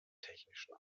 technischen